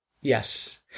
yes